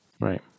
Right